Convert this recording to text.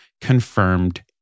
confirmed